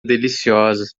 deliciosa